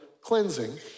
cleansing